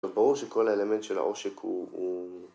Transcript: ברור שכל האלמנט של העושק הוא...